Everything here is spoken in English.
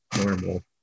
normal